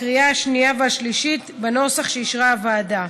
בקריאה השנייה והשלישית בנוסח שאישרה הוועדה.